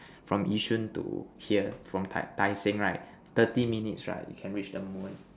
from Yishun to here from tai tai-Seng right thirty minutes right can reach the moon